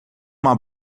uma